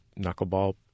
knuckleball